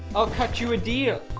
i'll cut you a deal.